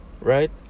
Right